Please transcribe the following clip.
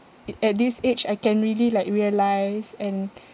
i~ at this age I can really like realise and